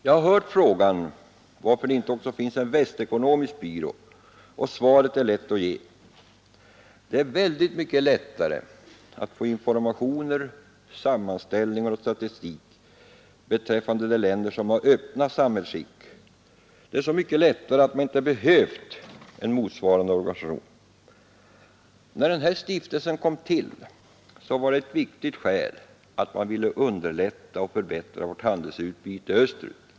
Jag har hört frågan varför det inte också finns en Väst Ekonomisk Byrå, och svaret är lätt att ge. Det är så väldigt mycket lättare att få informationer, sammanställningar och statistik beträffande de länder som har öppna samhällsskick att man inte har behövt en motsvarande organisation. När den här stiftelsen kom till var det ett viktigt skäl att man ville underlätta och förbättra vårt handelsutbyte österut.